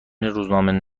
روزنامه